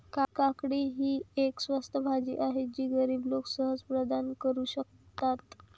काकडी ही एक स्वस्त भाजी आहे जी गरीब लोक सहज प्रदान करू शकतात